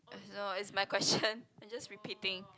I know it's my question I just repeating